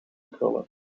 krullen